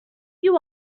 you